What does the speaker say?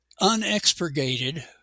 unexpurgated